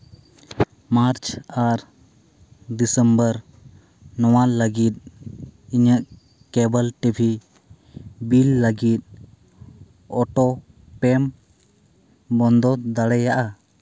ᱢᱟᱨᱪ ᱟᱨ ᱰᱤᱥᱮᱢᱵᱚᱨ ᱱᱚᱣᱟ ᱞᱟᱹᱜᱤᱫ ᱤᱧᱟᱹᱜ ᱠᱮᱵᱚᱞ ᱴᱤᱵᱷᱤ ᱵᱤᱞ ᱞᱟᱹᱜᱤᱫ ᱚᱴᱚ ᱯᱮᱹᱢ ᱵᱚᱱᱫᱚ ᱫᱟᱲᱮᱭᱟᱜᱼᱟ